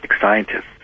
scientists